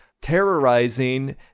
terrorizing